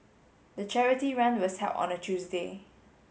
the charity run was held on a Tuesday